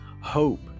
hope